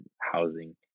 housing